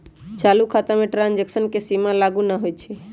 चालू खता में ट्रांजैक्शन के सीमा लागू न होइ छै